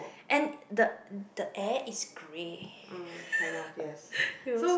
and the the air is grey